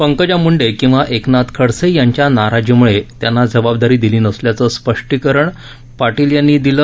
पंकजा मुंडे किंवा एकनाथ खडसे यांच्या नाराजीमुळे यांना जबाबदारी दिली नसल्याचं स्पष्टीकरण पाटील यांनी दिलं